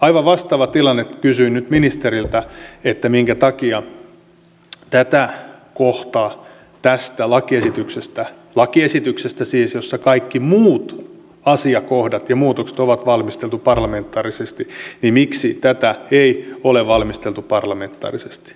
aivan vastaava tilanne kysyin nyt ministeriltä minkä takia tätä kohtaa tästä lakiesityksestä jossa kaikki muut asiakohdat ja muutokset on valmisteltu parlamentaarisesti ei ole valmisteltu parlamentaarisesti